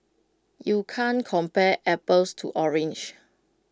you can't compare apples to oranges